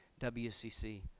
WCC